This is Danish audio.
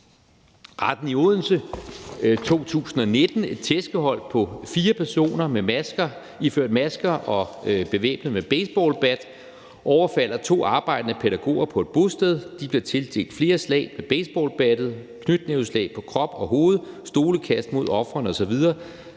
Retten i Odense 2019: Et tæskehold på fire personer iført masker og bevæbnet med baseballbat overfalder to arbejdende pædagoger på et bosted. De bliver tildelt flere slag med baseballbattet og knytnæveslag på krop og hoved, og der var stolekast mod ofrene osv.